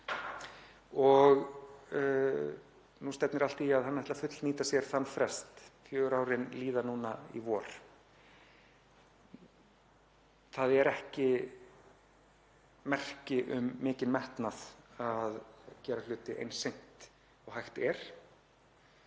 Nú stefnir allt í að hann ætli að fullnýta sér þann frest og verða fjögur ár liðin í vor. Það er ekki merki um mikinn metnað að gera hluti eins seint og hægt er.